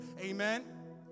Amen